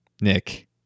Nick